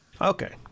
Okay